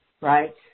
Right